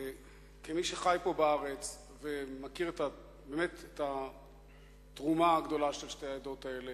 כמי שחי פה בארץ ומכיר באמת את התרומה הגדולה של שתי העדות האלה.